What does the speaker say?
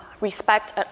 respect